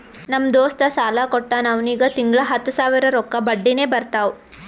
ನಮ್ ದೋಸ್ತ ಸಾಲಾ ಕೊಟ್ಟಾನ್ ಅವ್ನಿಗ ತಿಂಗಳಾ ಹತ್ತ್ ಸಾವಿರ ರೊಕ್ಕಾ ಬಡ್ಡಿನೆ ಬರ್ತಾವ್